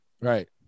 Right